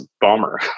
bummer